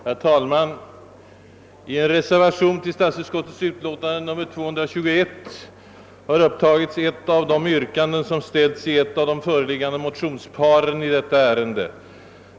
Herr talman! I en reservation till statsutskottets utlåtande nr 221 har upptagits ett av de yrkanden som ställts i ett av de föreliggande motionsparen i detta ärende.